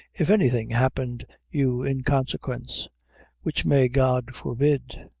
if anything happened you in consequence which may god forbid!